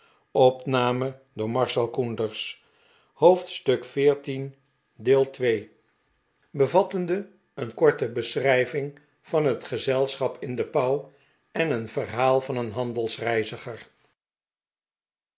hoofdstuk xiv bevattende een korte beschrijving van het gezelschap in de pauw en een verhaal van een